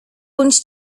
bądź